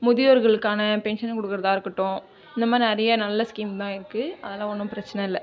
முதியோர்களுக்கான pension கொடுக்குறதாக இருக்கட்டும் இந்தமாதிரி நிறைய நல்ல ஸ்கிம் தான் இருக்கு அதல்லாம் ஒன்றும் பிரச்சனை இல்லை